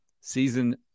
Season